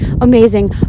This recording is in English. amazing